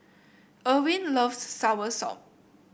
Irwin loves soursop